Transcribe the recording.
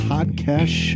Podcast